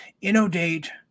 inundate